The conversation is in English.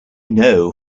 know